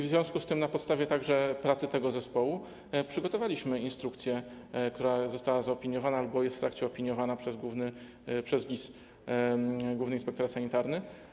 W związku z tym na podstawie także pracy tego zespołu przygotowaliśmy instrukcję, która została zaopiniowana albo jest w trakcie opiniowania przez GIS, Główny Inspektorat Sanitarny.